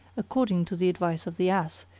according to the advice of the ass,